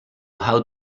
how